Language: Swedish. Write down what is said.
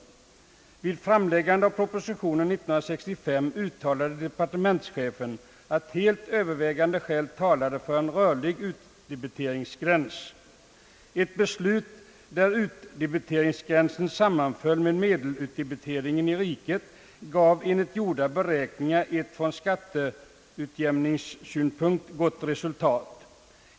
Vid framläggandet av propositionen 1965:43 uttalade departementschefen att helt övervägande skäl talade för en rörlig utdebiteringsgräns. Ett system där utdebiteringsgränsen sammanföll med medelutdebiteringen i riket gav enligt gjorda beräkningar ett från skatteutjämningssynpunkt gott resultat.